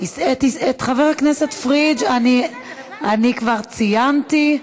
את חבר הכנסת פריג' אני כבר ציינתי,